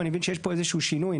אני מבין שיש פה איזה שהוא שינוי.